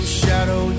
shadow